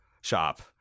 shop